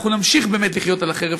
אנחנו נמשיך לחיות על החרב,